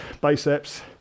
biceps